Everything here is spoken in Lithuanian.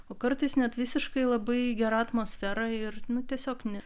o kartais net visiškai labai gera atmosfera ir nu tiesiog ne